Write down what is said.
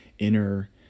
inner